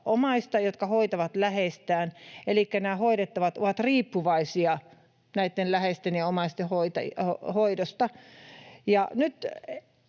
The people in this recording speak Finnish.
omaista, jotka hoitavat läheistään, elikkä nämä hoidettavat ovat riippuvaisia näitten läheisten ja omaisten hoidosta.